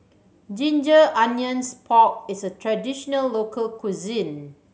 ginger onions pork is a traditional local cuisine